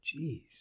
Jeez